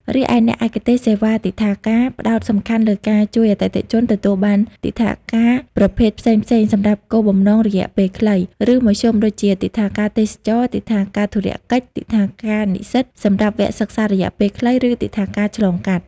រីឯ អ្នកឯកទេសសេវាទិដ្ឋាការ ផ្តោតសំខាន់លើការជួយអតិថិជនទទួលបានទិដ្ឋាការប្រភេទផ្សេងៗសម្រាប់គោលបំណងរយៈពេលខ្លី ឬមធ្យម ដូចជាទិដ្ឋាការទេសចរណ៍ ទិដ្ឋាការធុរកិច្ច ទិដ្ឋាការនិស្សិត (សម្រាប់វគ្គសិក្សារយៈពេលខ្លី) ឬទិដ្ឋាការឆ្លងកាត់។